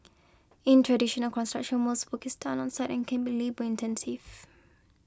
in traditional construction most work is done on site and can be labour intensive